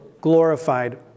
glorified